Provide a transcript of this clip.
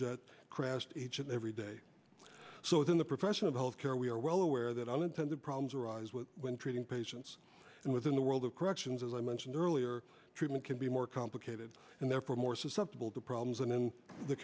jet crashed each and every day so then the profession of healthcare we are well aware that unintended problems arise when treating patients and within the world of corrections as i mentioned earlier treatment can be more complicated and therefore more susceptible to problems and in the